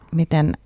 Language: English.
miten